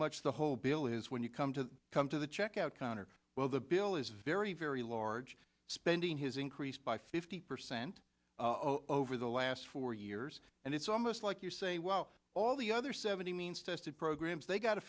much the whole bill is when you come to come to the checkout counter well the bill is very very large spending has increased by fifty percent over the last four years and it's almost like you say well all the other seventy means tested programs they got a